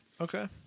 Okay